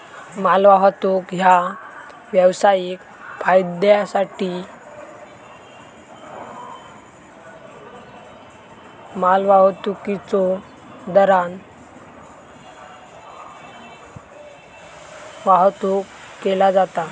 मालवाहतूक ह्या व्यावसायिक फायद्योसाठी मालवाहतुकीच्यो दरान वाहतुक केला जाता